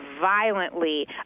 violently